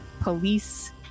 police